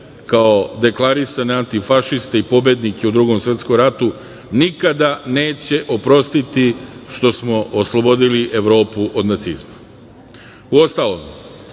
kao deklarisane antifašiste i pobednike u Drugom srpskom ratu nikada neće oprostiti što smo oslobodili Evropu od nacizma. Uostalom,